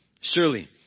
Surely